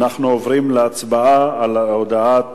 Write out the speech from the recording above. אנחנו עוברים להצבעה על הודעת